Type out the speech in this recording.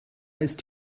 ist